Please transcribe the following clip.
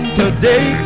today